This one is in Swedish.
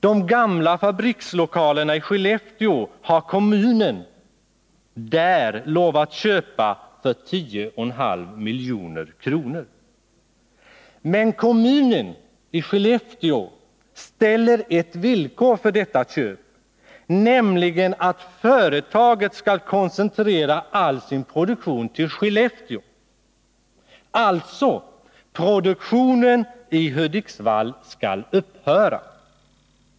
De gamla fabrikslokalerna i Skellefteå har kommunen där lovat köpa för 10,5 milj.kr. Men kommunen ställer ett villkor för detta köp, nämligen att företaget skall koncentrera all sin produktion till Skellefteå. Alltså: produktionen i Hudiksvall skall upphöra.